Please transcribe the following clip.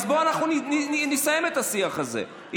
אז בואו נסיים את השיח הזה.